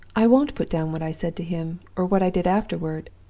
i won't put down what i said to him, or what i did afterward.